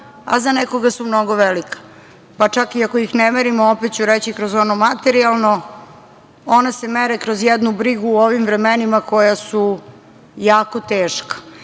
a za nekoga su mnogo velika. Pa, čak i ako ih ne merimo, opet ću reći kroz ono materijalno, one se mere kroz jednu brigu u ovim vremenima koja su jako teška.